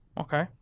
okay